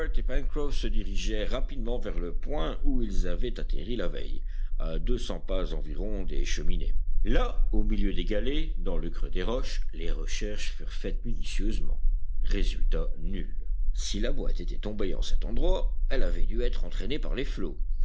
se dirigèrent rapidement vers le point où ils avaient atterri la veille à deux cents pas environ des cheminées là au milieu des galets dans le creux des roches les recherches furent faites minutieusement résultat nul si la boîte était tombée en cet endroit elle avait dû être entraînée par les flots